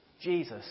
Jesus